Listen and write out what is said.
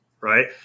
right